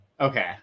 Okay